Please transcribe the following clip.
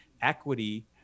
equity